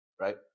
right